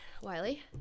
Wiley